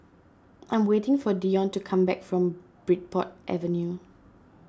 I am waiting for Deon to come back from Bridport Avenue